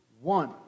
one